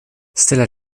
stella